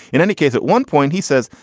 in any case, at one point he says.